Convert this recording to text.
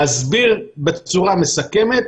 להסביר בצורה מסכמת,